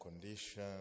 condition